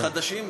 הם חדשים?